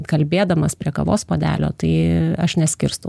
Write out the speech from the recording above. kalbėdamas prie kavos puodelio tai aš neskirstau